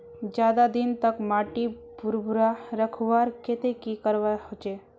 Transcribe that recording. ज्यादा दिन तक माटी भुर्भुरा रखवार केते की करवा होचए?